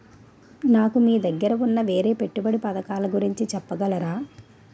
నాకు మీ దగ్గర ఉన్న వేరే పెట్టుబడి పథకాలుగురించి చెప్పగలరా?